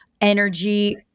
energy